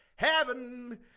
Heaven